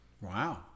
Wow